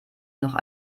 noch